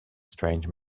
strange